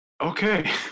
Okay